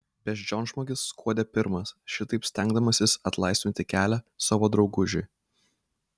beždžionžmogis skuodė pirmas šitaip stengdamasis atlaisvinti kelią savo draugužiui